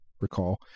recall